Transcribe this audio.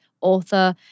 author